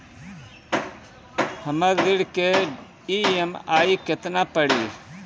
हमर ऋण के ई.एम.आई केतना पड़ी?